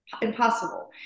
Impossible